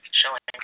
showing